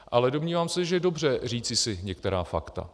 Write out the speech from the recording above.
Ale domnívám se, že je dobře říci si některá fakta.